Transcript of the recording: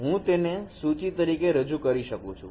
હું તો તેને સૂચિ તરીકે રજૂ કરી શકું છું